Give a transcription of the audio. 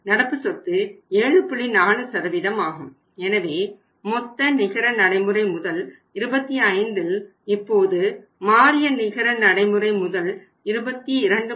4 ஆகும் எனவே மொத்த நிகர நடைமுறை முதல் 25இல் இப்போது மாறிய நிகர நடைமுறை முதல் 22